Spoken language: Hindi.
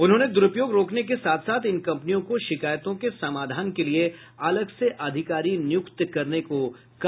उन्होंने द्रूपयोग रोकने के साथ साथ इन कंपनियों को शिकायतों के समाधान के लिये अलग से अधिकारी नियुक्त करने को कहा